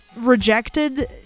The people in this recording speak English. rejected